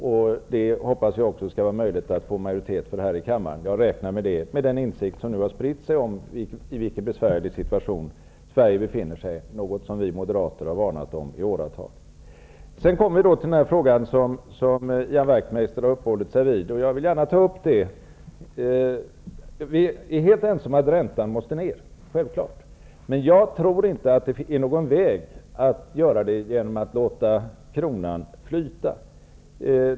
Jag hoppas att det skall vara möjligt att få majoritet för dem här i kammaren. Jag räknar med det, med den insikt som nu har spridit sig om den besvärliga situation som Sverige befinner sig i -- något som vi moderater har varnat om i åratal. Jag kommer sedan till den fråga som Ian Wachtmeister har uppehållit sig vid. Vi är helt ense om att räntan måste ned, men jag tror inte att det är någon väg att gå att låta kronan flyta.